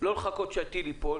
ולא לחכות שהטיל ייפול